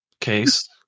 case